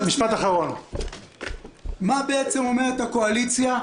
מה בעצם אומרת הקואליציה?